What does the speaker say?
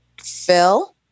Phil